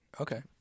okay